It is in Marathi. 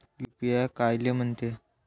यू.पी.आय कायले म्हनते?